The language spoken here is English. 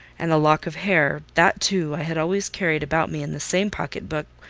and the lock of hair that too i had always carried about me in the same pocket-book,